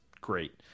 great